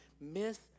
miss